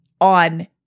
on